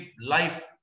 life